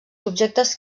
objectes